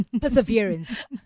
perseverance